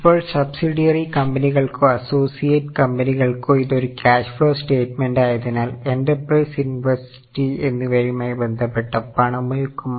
ഇപ്പോൾ സബ്സിഡിയറി കാണിക്കും